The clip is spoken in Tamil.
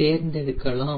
தேர்ந்தெடுக்கலாம்